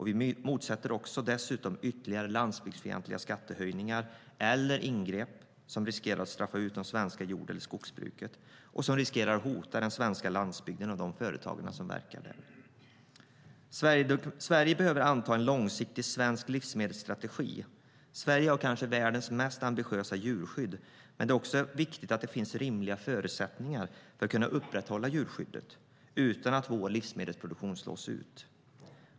Vi motsätter oss dessutom ytterligare landsbygdsfientliga skattehöjningar eller ingrepp som riskerar att straffa ut det svenska jord eller skogsbruket och som riskerar att hota den svenska landsbygden och de företagare som verkar där. Sverige behöver anta en långsiktig livsmedelsstrategi. Sverige har kanske världens mest ambitiösa djurskydd. Men det är också viktigt att det finns rimliga förutsättningar för att kunna upprätthålla djurskyddet utan att vår livsmedelsproduktion slås ut.